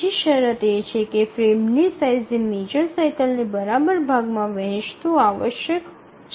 ત્રીજી શરત એ છે કે ફ્રેમની સાઇઝ એ મેજર સાઇકલને બરાબર ભાગમાં વહેચવું આવશ્યક છે